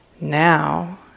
now